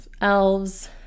elves